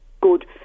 good